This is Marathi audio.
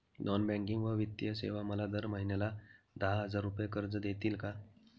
नॉन बँकिंग व वित्तीय सेवा मला दर महिन्याला दहा हजार रुपये कर्ज देतील का?